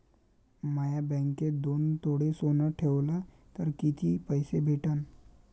म्या बँकेत दोन तोळे सोनं ठुलं तर मले किती पैसे भेटन